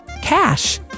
cash